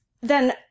Then